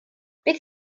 beth